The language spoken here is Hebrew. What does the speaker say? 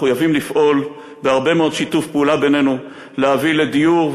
מחויבים לפעול בהרבה מאוד שיתוף פעולה בינינו להביא לדיור,